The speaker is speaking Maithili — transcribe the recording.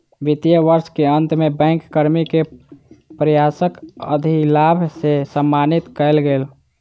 वित्तीय वर्ष के अंत में बैंक कर्मी के प्रयासक अधिलाभ सॅ सम्मानित कएल गेल